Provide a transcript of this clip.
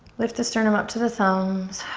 lift the sternum up to the thumbs.